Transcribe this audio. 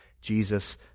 Jesus